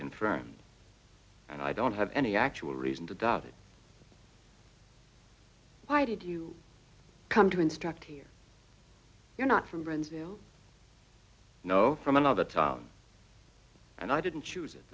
confirmed and i don't have any actual reason to doubt it why did you come to instruct here you're not from no from another town and i didn't choose